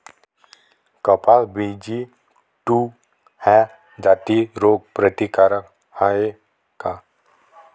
कपास BG two ह्या जाती रोग प्रतिकारक हाये का?